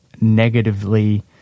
negatively